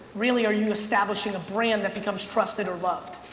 really, are you establishing a brand that becomes trusted or loved?